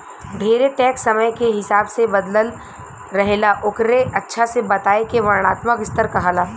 ढेरे टैक्स समय के हिसाब से बदलत रहेला ओकरे अच्छा से बताए के वर्णात्मक स्तर कहाला